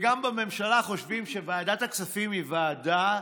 וגם בממשלה חושבים שוועדת הכספים היא ועדה